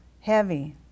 Heavy